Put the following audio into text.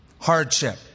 Hardship